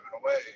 away